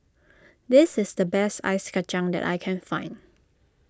this is the best Ice Kachang that I can find